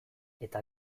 eta